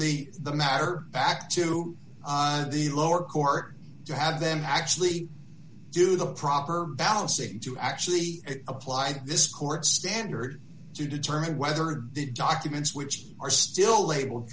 the the matter back to the lower court to have them actually do the proper balancing to actually apply this court standard to determine whether the documents which are still labeled